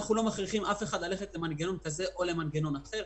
אנחנו לא מכריחים אף אחד ללכת למנגנון כזה או מנגנון אחר.